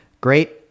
Great